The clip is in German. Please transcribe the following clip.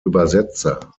übersetzer